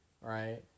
Right